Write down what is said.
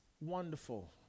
wonderful